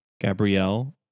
Gabrielle